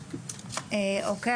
אוקיי?